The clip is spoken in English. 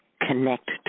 connect